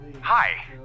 hi